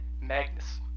Magnus